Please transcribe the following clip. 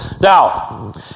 Now